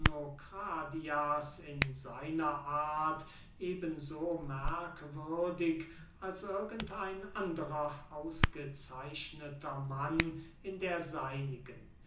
in seiner art eben so merkwürdig als irgend ein anderer ausgezeichneter mann in der seinigen